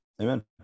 Amen